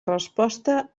resposta